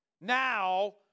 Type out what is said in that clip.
Now